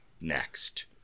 next